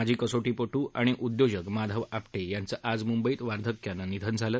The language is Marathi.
माजी कसोटीपटू आणि उद्योजक माधव आपटे यांचं आज मुंबईत वार्धक्यानं निधन झालं